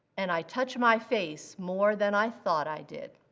and i touch my face more than i thought i did.